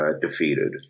defeated